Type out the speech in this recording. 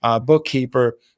bookkeeper